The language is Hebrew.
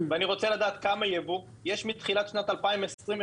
אני גם רוצה לדעת כמה ייבוא יש מתחילת שנת 2022?